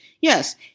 yes